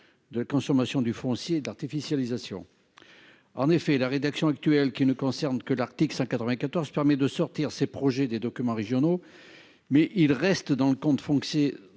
de la consommation du foncier de l'artificialisation. En effet, la rédaction actuelle qui ne concerne que l'article 194 permet de sortir ces projets des documents régionaux, mais il reste dans le compte font